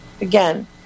again